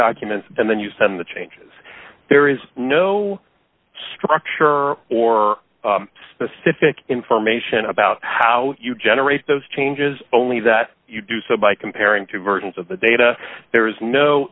documents and then you send the changes there is no structure or specific information about how you generate those changes only that you do so by comparing two versions of the data there is no